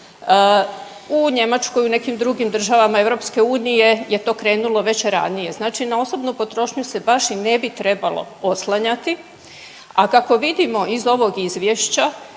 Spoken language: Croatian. U Njemačkoj, u nekim drugim državama EU je to krenulo već ranije. Znači na osobnu potrošnju se baš i ne bi trebalo oslanjati, a kako vidimo iz ovog izvješća